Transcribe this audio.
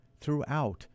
throughout